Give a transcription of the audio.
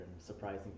surprising